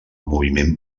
moviment